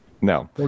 No